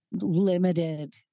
limited